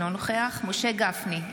אינו נוכח משה גפני,